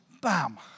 bam